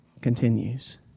continues